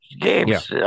games